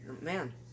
man